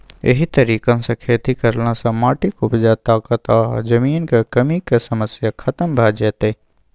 एहि तरीका सँ खेती करला सँ माटिक उपजा ताकत आ जमीनक कमीक समस्या खतम भ जेतै